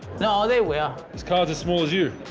no, they will. this card's as small as you.